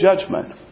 judgment